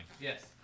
Yes